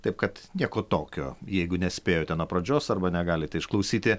taip kad nieko tokio jeigu nespėjote nuo pradžios arba negalite išklausyti